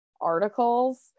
articles